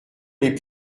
les